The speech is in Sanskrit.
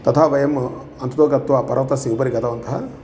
ततः वयम् अन्ततो गत्वा पर्वतस्य उपरि गतवन्तः